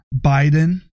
Biden